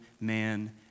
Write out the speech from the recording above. man